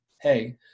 Hey